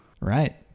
Right